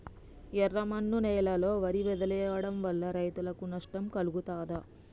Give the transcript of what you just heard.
ఎర్రమన్ను నేలలో వరి వదిలివేయడం వల్ల రైతులకు నష్టం కలుగుతదా?